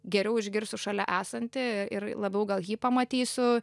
geriau išgirsiu šalia esantį ir labiau gal jį pamatysiu